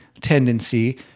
tendency